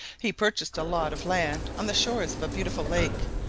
he purchased a lot of land on the shores of a beautiful lake,